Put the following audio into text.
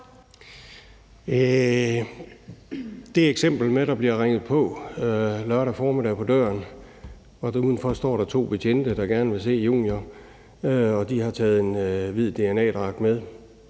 Det eksempel med, at der bliver ringet på døren lørdag formiddag, og at der udenfor står to betjente, der gerne vil se junior, og at de har taget en hvid dna-dragt med,